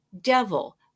devil